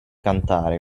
cantare